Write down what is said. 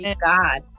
God